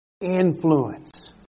Influence